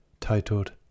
titled